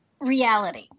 reality